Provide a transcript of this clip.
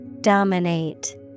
Dominate